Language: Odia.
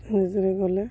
ନିଜରେ ଗଲେ